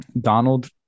Donald